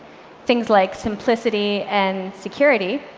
things like simplicity and security,